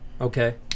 Okay